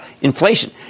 inflation